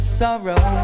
sorrow